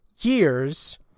years